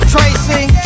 Tracy